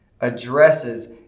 addresses